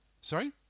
Sorry